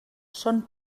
són